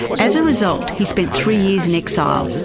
as a result he spent three years in exile.